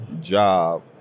job